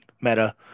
meta